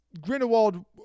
Grindelwald